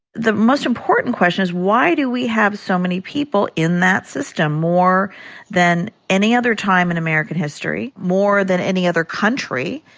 the most important question is why do we have so many people in that system more than any other time in american history, more than any other country.